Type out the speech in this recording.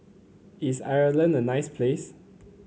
is Ireland a nice place